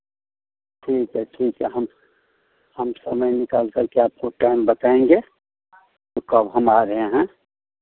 ठीक है ठीक है हम हम समय निकालकर के आपको टाइम बताएँगे तो कब हम आ रहे हैं